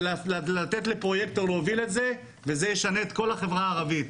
לתת לפרוייקטור להוביל את זה וזה ישנה את כל החברה הערבית.